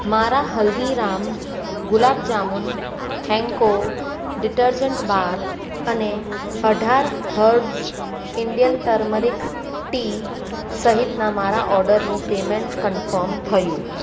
મારા Haldiram gulab jamun Henko detergent bar અને અઢાર હર્બ્સ ઇન્ડિયન ટર્મરિક ટી સહિતના મારા ઓર્ડરનું પેમેંટ કન્ફર્મ થયું